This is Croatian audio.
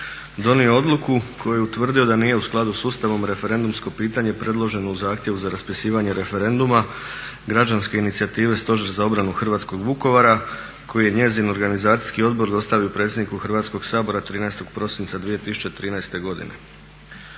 donio odluku koja nije u skladu sa Ustavom, referendumsko pitanje predloženo u zahtjevu za raspisivanje referenduma građanske inicijative Stožer za obranu hrvatskog Vukovara koji je njezin organizacijski odbor dostavio predsjedniku Hrvatskog sabora 13.prosinca 2013.godine.